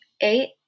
Eight